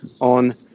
on